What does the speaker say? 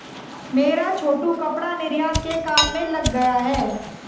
मेरा छोटू कपड़ा निर्यात के काम में लग गया है